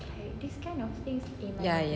ya ya